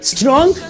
Strong